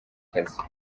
kazi